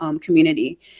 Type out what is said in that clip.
community